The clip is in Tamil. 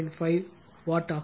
5 வாட் ஆகும்